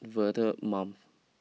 vulnerable mums